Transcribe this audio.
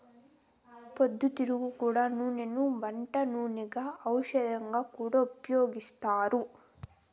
పొద్దుతిరుగుడు నూనెను వంట నూనెగా, ఔషధంగా కూడా ఉపయోగిత్తారు